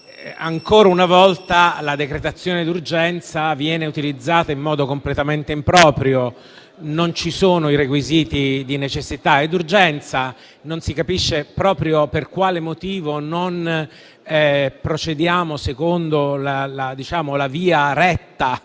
ancora una volta la decretazione d'urgenza viene utilizzata in modo completamente improprio: non ci sono i requisiti di necessità e urgenza, non si capisce proprio per quale motivo non procediamo secondo la via retta